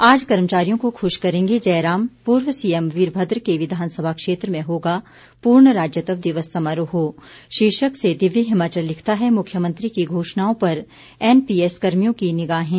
आज कर्मचारियों को खुश करेंगे जयराम पूर्व सीएम वीरभद्र के विधानसभा क्षेत्र में होगा पूर्ण राज्यत्व दिवस समारोह शीर्षक से दिव्य हिमाचल लिखता है मुख्यमंत्री की घोषणाओं पर एनपीएस कर्मियों की निगाहें